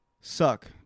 suck